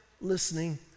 listening